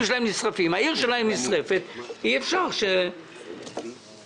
שלהם נשרפה ואין להם פתרון על כל פנים לא ידוע לנו על